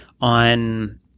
on